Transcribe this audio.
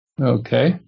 Okay